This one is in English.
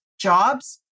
jobs